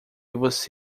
você